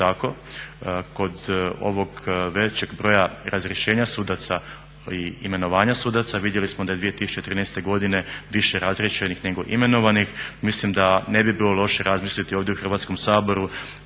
tako kod ovog većeg broja razrješenja sudaca i imenovanja sudaca, vidjeli smo da je 2013. godine više razriješenih nego imenovanih. Mislim da ne bi bilo loše razmisliti ovdje u Hrvatskom saboru